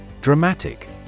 Dramatic